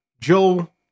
Joel